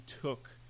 took